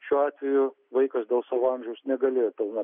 šiuo atveju vaikas dėl savo amžiaus negalėjo pilnai